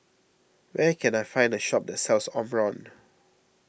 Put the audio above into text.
where can I find a shop that sells Omron